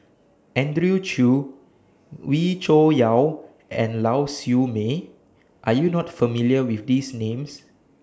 Andrew Chew Wee Cho Yaw and Lau Siew Mei Are YOU not familiar with These Names